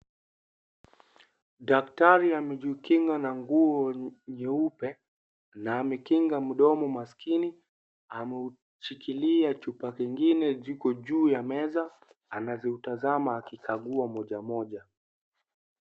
Daktari amejikinga na nguo nyeupe na ameukinga mdomo maskini, ameushikilia chupa kingine ziko juu ya meza, anazitazama akikagua moja moja.